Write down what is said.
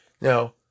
now